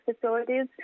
facilities